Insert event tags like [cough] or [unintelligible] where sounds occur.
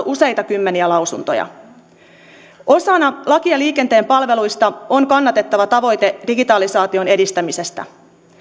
[unintelligible] useita kymmeniä lausuntoja osana lakia liikenteen palveluista on kannatettava tavoite digitalisaation edistämisestä